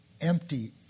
empty